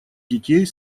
детей